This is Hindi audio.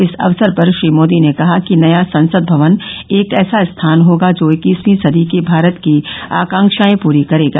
इस अवसर पर श्री मोदी ने कहा कि नया संसद भवन एक ऐसा स्थान होगा जो इक्कीसवीं सदी के भारत की आकांक्षाएं प्री करेगा